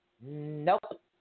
Nope